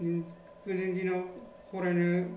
बिदिनो गोदोनि दिनाव फरायनो